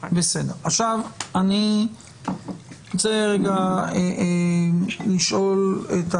אני רוצה לשאול את השאלה.